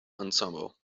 ensemble